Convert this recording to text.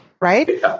right